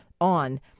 on